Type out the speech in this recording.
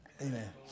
Amen